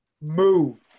move